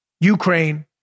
Ukraine